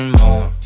more